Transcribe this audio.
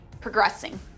progressing